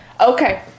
Okay